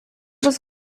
was